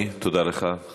תודה רבה, אדוני.